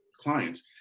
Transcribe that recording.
clients